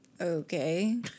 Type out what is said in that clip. okay